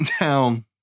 Now